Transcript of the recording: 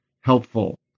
helpful